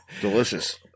Delicious